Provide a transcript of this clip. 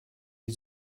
die